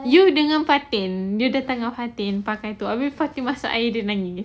you dengan fatin you dengan fatin pakai tu habis fatin masuk air dia nangis